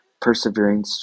persevering